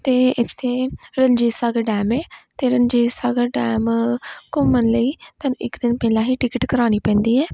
ਅਤੇ ਇੱਥੇ ਰਣਜੀਤ ਸਾਗਰ ਡੈਮ ਹੈ ਅਤੇ ਰਣਜੀਤ ਸਾਗਰ ਡੈਮ ਘੁੰਮਣ ਲਈ ਤੁਹਾਨੂੰ ਇੱਕ ਦਿਨ ਪਹਿਲਾਂ ਹੀ ਟਿਕਟ ਕਰਵਾਉਣੀ ਪੈਂਦੀ ਹੈ